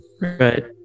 Right